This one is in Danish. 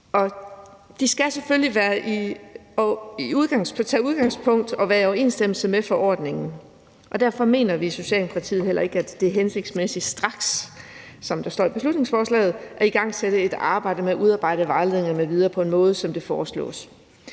Det skal naturligvis tage udgangspunkt i og være i overensstemmelse med forordningen, og derfor mener vi i Socialdemokratiet heller ikke, det er hensigtsmæssigt straks, som der står i beslutningsforslaget, at igangsætte et arbejde med at udarbejde vejledninger m.v. på en måde, som det foreslås.